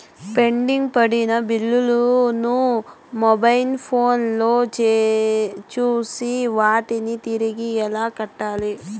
pending పడిన బిల్లులు ను మొబైల్ ఫోను లో చూసి వాటిని తిరిగి ఎలా కట్టాలి